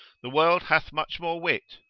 the world hath much more wit,